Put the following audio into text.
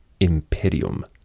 Imperium